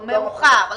מאוחר.